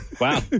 Wow